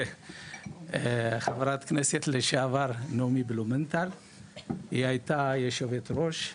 שבזמן חברת הכנסת לשעבר נעמי בלומנטל הייתה יושבת ראש,